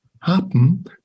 happen